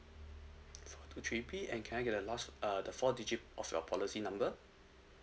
three P and can I get the last uh the four digit of your policy number